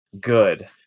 Good